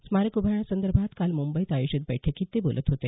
स्मारक उभारण्यासंदर्भात काल मुंबईत आयोजित बैठकीत ते बोलत होते